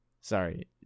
sorry